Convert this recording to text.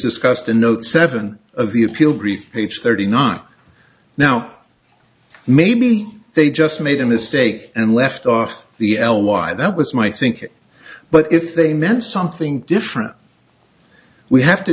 discussed in note seven of the appeal briefs page thirty nine now maybe they just made a mistake and left off the l y that was my thinking but if they meant something different we have to